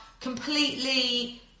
completely